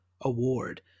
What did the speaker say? award